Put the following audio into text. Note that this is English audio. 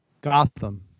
Gotham